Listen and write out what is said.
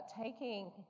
taking